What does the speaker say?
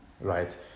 right